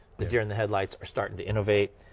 the deer in the headlights are starting to innovate,